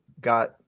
got